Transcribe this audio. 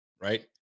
right